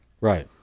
Right